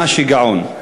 ממש שיגעון.